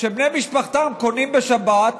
שבני משפחתם קונים בשבת,